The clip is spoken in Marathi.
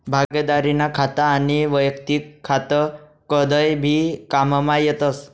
भागिदारीनं खातं आनी वैयक्तिक खातं कदय भी काममा येतस